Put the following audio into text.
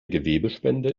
gewebespende